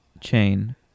chain